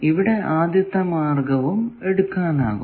ഇവിടെ ആദ്യത്തെ മാർഗവും എടുക്കാനാകും